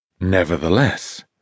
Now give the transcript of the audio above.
Nevertheless